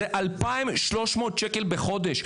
זה 2,300 שקל בחודש.